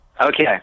Okay